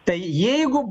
tai jeigu